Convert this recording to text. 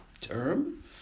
term